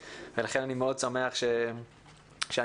ולכן אני מאוד שמח שאני פה.